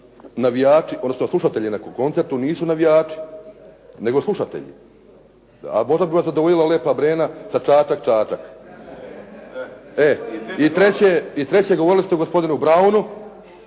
navijači odnosno slušatelji na nekim koncertu nisu navijači nego slušatelji. A možda bi vas zadovoljila Lepa Brena sa "Čačak, Čačak". I treće, govorili ste o gospodinu Brownu